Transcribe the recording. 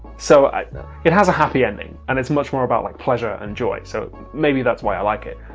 so it has a happy ending and it's much more about like pleasure and joy. so maybe that's why i like it.